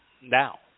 Now